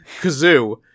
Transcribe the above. kazoo